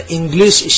English